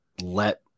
let